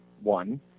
One